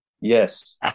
Yes